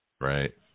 Right